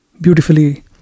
beautifully